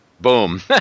boom